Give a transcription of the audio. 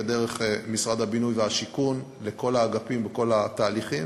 ודרך משרד הבינוי והשיכון לכל האגפים בכל התהליכים,